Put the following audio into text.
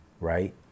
right